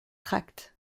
tracts